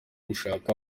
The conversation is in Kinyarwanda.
gushaka